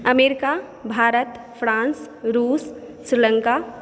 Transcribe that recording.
America Bharat France रूस श्रीलङ्का